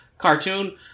cartoon